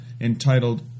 entitled